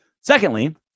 Secondly